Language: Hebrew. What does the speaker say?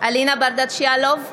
אלינה ברדץ' יאלוב,